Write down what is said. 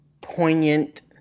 poignant